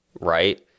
right